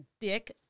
dick